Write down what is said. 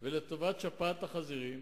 ולטובת שפעת החזירים.